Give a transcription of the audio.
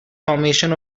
formation